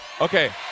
Okay